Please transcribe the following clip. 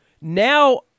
Now